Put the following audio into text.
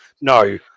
No